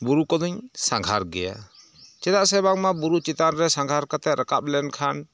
ᱵᱩᱨᱩ ᱠᱚᱫᱚᱧ ᱥᱟᱸᱜᱷᱟᱨ ᱜᱮᱭᱟ ᱪᱮᱫᱟᱜ ᱥᱮ ᱵᱟᱝᱢᱟ ᱵᱩᱨᱩ ᱪᱮᱛᱟᱱᱨᱮ ᱥᱟᱸᱜᱷᱟᱨ ᱠᱟᱛᱮᱫ ᱨᱟᱠᱟᱵ ᱞᱮᱱᱠᱷᱟᱱ